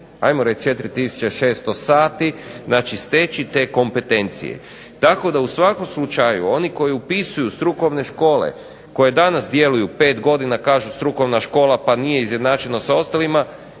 ajmo reći 4 tisuće 600 sati, znači steći te kompetencije, tako da u svakom slučaju oni koji upisuju strukovne škole koje danas djeluju 5 godina kažu strukovna škola pa nije izjednačena sa ostalima,